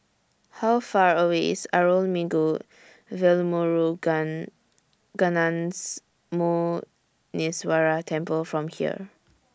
How Far away IS Arulmigu Velmurugan Gnanamuneeswarar Temple from here